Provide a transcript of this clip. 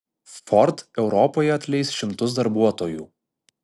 ford europoje atleis šimtus darbuotojų